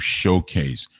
showcase